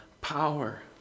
power